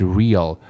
real